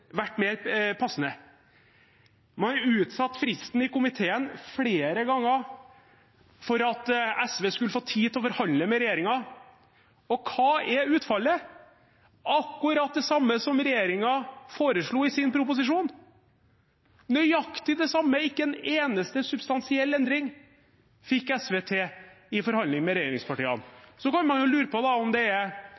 vært mer passende. Man har utsatt fristen i komiteen flere ganger for at SV skulle få tid til å forhandle med regjeringen, og hva er utfallet? Det er akkurat det samme som regjeringen foreslo i sin proposisjon, nøyaktig det samme. Ikke en eneste substansiell endring fikk SV til i forhandling med regjeringspartiene.